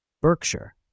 Berkshire